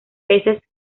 peces